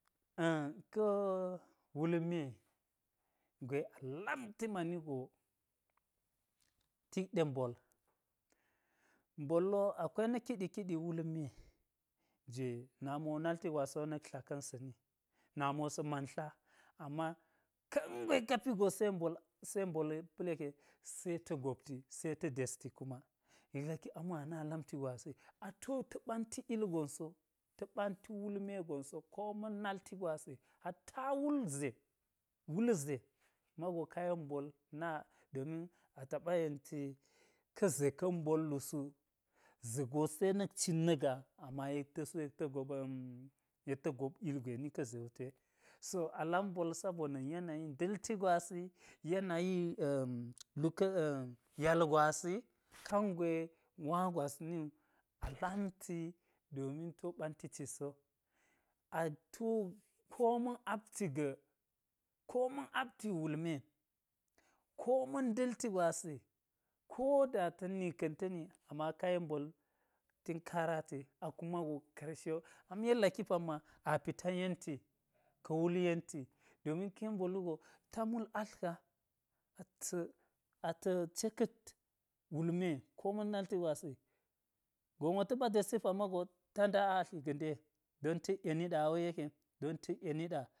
A̱ ka̱ wulme gwe a lamti mani go tik ɗe mbol. Mbol wo akwai na̱ kiɗi kiɗi wulme jwe nami nalti gwasa̱n wo na̱k tla ka̱n sa̱ni, nami wo sa̱ man tl ama kangwe ka pi go se mbol, se mbol pa̱l yeke se ta̱ gopti se ta̱ desti kuma yek laki ama ana lamti gwasi. A ti wo ta̱ ɓanti ilgon so, ta̱ ɓanti wulme gon so, ko ma̱n nalti gwasi hatta wul ze, wul ze mago ka yen mbol na domin a taɓa yenti, ka̱ ze ka̱n mbollu su ze go se na̱k cit na̱ gaa ama yek ta̱ su yek ta̱ gop yek ta̱ ilgwe ni ka̱ ze wu twe. So a lam mbol sabona̱ yanayi nda̱lti gwasi yanayi lu ka̱ yal gwasi kangwe nwa gwas ni wu a lamti domin ti wo ɓanti cit so. A ti wo koma̱n apti ga̱, koma̱n apti ga̱ wulme koma̱n nda̱lti gwasi, ko da ta̱ni ka̱n ta̱ni ama ka yen mbol tinkarati a kuma go karshe wo, ham yek laki pamma a pita yenti ka̱ wul yenti ka̱ yen mbol wugo ta mul atl ka ata̱- ata̱- ata̱ceka̱t wulme koma̱n nalti gwasi gon wo ta̱ɓa desti pamma wu ta̱ nda a atli ga̱ nde don ta̱k yeni ɗa a wei yeke? Don ta̱k ɗa